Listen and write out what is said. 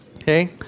Okay